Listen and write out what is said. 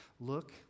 Look